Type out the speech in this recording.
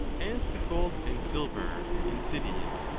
as to gold and silver, in cities,